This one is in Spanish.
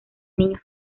niños